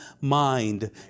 mind